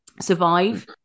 survive